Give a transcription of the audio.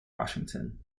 washington